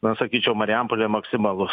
na sakyčiau marijampolėj maksimalus